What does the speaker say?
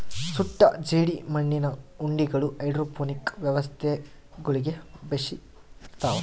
ಸುಟ್ಟ ಜೇಡಿಮಣ್ಣಿನ ಉಂಡಿಗಳು ಹೈಡ್ರೋಪೋನಿಕ್ ವ್ಯವಸ್ಥೆಗುಳ್ಗೆ ಬೆಶಿರ್ತವ